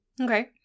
Okay